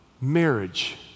marriage